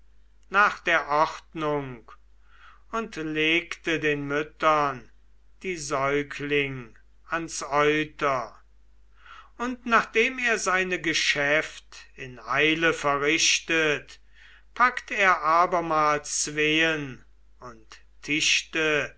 nach der ordnung und legte den müttern die säugling ans euter und nachdem er seine geschäft in eile verrichtet packt er abermal zween und